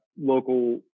local